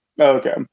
Okay